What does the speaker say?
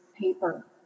paper